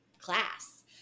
class